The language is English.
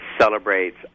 celebrates